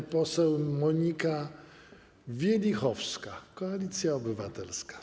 Pani poseł Monika Wielichowska, Koalicja Obywatelska.